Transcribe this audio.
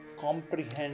comprehend